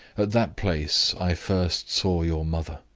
at that place i first saw your mother.